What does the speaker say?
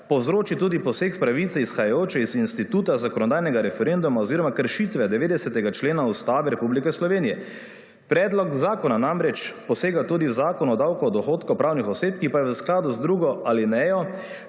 povzroči tudi poseg v pravice izhajajoče iz instituta zakonodajnega referenduma oziroma kršitve 90. člena Ustave Republike Slovenije. Predlog zakona namreč posega tudi v Zakon o davku od dohodkov pravnih oseb, ki pa je v skladu z drugo alinejo